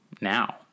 now